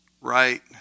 right